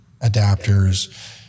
adapters